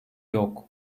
yok